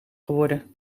geworden